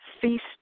feast